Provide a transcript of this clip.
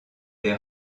les